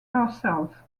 herself